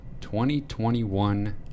2021